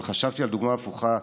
אבל חשבתי על דוגמה הפוכה.